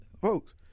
folks